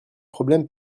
problème